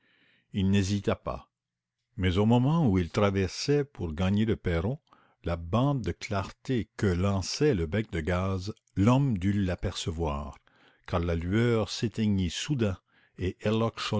il n'hésita pas mais au moment où il traversait pour gagner le perron la bande de clarté que lançait le bec de gaz l'homme dut l'apercevoir car la lueur s'éteignit soudain et